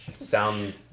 sound